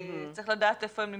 כי צריך לדעת איפה הם נמצאים,